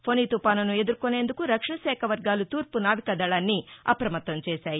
ఫొని తుపానును ఎదుర్కొనేందుకు రక్షణశాఖ వర్గాలు తూర్పు నావికాదళాన్ని అప్రమత్తం చేశాయి